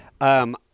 Um-